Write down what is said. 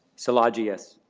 szilagyi, yes.